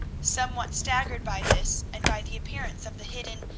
somewhat staggered by this, and by the appearance of the hidden,